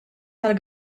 tal